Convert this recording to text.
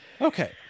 Okay